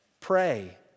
Pray